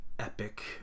epic